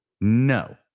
No